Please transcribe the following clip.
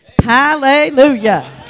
Hallelujah